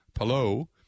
Hello